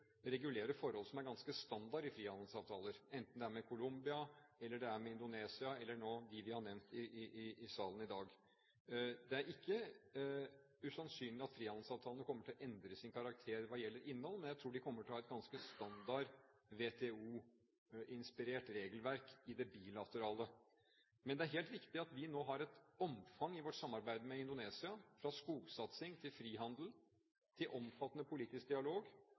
regulere forhold som er ganske standard i frihandelsavtaler, enten det er avtaler med Colombia, Indonesia, eller dem vi har nevnt i salen i dag. Det er ikke usannsynlig at frihandelsavtalene kommer til å endre sin karakter hva gjelder innhold, men jeg tror de kommer til å ha et ganske standard WTO-inspirert regelverk i det bilaterale. Men det er helt riktig at vi nå har et omfang i vårt samarbeid med Indonesia, fra skogsatsing til frihandel til omfattende politisk dialog,